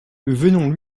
venons